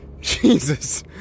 Jesus